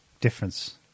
difference